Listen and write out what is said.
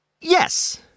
Yes